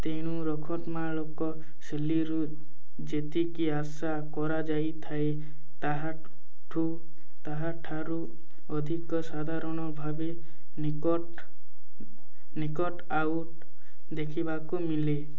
ତେଣୁ ରଖତମାଣକ ଶେଲି ରୁ ଯେତିକି ଆଶା କରାଯାଇଥାଏ ତାହାଠୁ ତାହାଠାରୁ ଅଧିକ ସାଧାରଣ ଭାବେ ନିକଟ ନିକଟ ଆଉଟ ଦେଖିବାକୁ ମିଳେ